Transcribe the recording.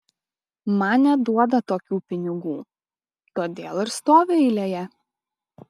man neduoda tokių pinigų todėl ir stoviu eilėje